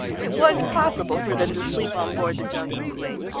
it was possible for them to sleep on board the jungle queen.